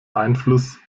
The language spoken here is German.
einfluss